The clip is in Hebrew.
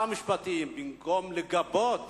שר המשפטים, במקום לגבות